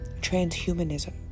transhumanism